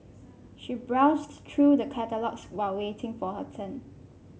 she browsed through the catalogues while waiting for her turn